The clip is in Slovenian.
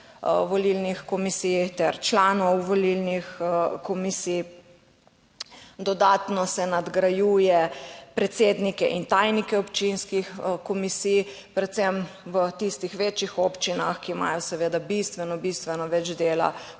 volilnih komisij ter članov volilnih komisij. Dodatno se nadgrajuje predsednike in tajnike občinskih komisij, predvsem v tistih večjih občinah, ki imajo seveda bistveno več dela kot